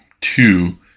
Two